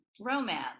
romance